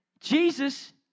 Jesus